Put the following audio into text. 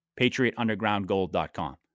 patriotundergroundgold.com